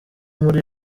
muri